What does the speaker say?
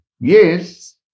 Yes